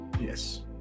Yes